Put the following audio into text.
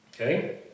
Okay